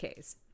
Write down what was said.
Ks